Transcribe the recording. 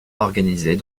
organisées